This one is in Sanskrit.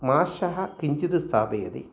माषः किञ्चिद् स्थापयति